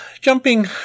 jumping